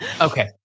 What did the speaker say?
Okay